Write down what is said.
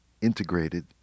integrated